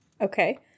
okay